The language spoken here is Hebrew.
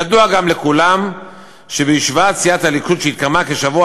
ידוע גם לכולם שבישיבת סיעת הליכוד שהתקיימה כשבוע